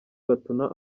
gatuna